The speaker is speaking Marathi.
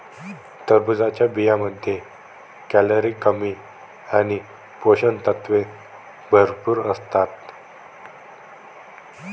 टरबूजच्या बियांमध्ये कॅलरी कमी आणि पोषक तत्वे भरपूर असतात